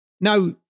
Now